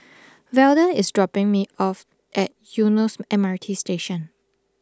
Velda is dropping me off at Eunos M R T Station